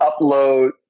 upload